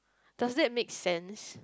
does that make sense